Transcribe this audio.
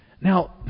Now